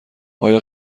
آیا